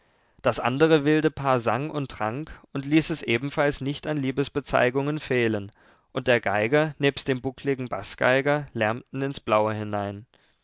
das andere wilde paar sang und trank und ließ es ebenfalls nicht an liebesbezeigungen fehlen und der geiger nebst dem buckligen baßgeiger lärmten ins blaue hinein